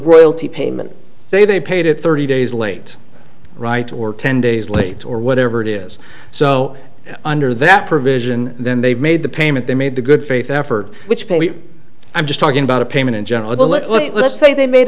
royalty payment say they paid it thirty days late right or ten days late or whatever it is so under that provision then they've made the payment they made the good faith effort which paid i'm just talking about a payment in general let's say they made